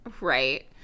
Right